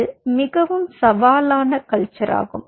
இது மிகவும் சவாலான கல்ச்சராகும்